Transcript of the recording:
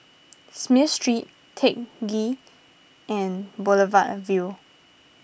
Smith Street Teck Ghee and Boulevard Vue